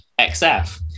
XF